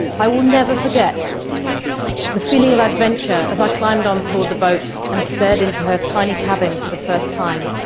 i will never forget the feeling of adventure as i climbed on board the boat and stared into her tiny cabin for the first time.